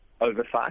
oversight